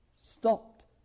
stopped